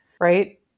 right